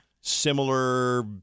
Similar